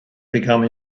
become